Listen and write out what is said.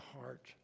heart